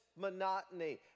monotony